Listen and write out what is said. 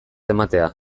ematea